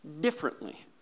differently